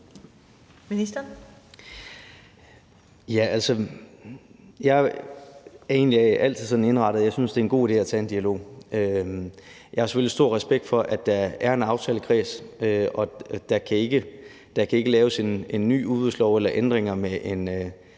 egentlig altid sådan indrettet, at jeg synes, det er en god idé at tage en dialog. Jeg har selvfølgelig stor respekt for, at der er en aftalekreds, og der kan ikke laves en ny udbudslov eller ændringer med en